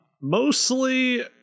Mostly